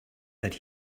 that